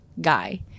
guy